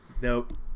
Nope